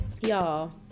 y'all